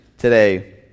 today